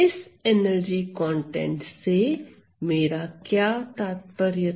इस energy contact से मेरा यह तात्पर्य था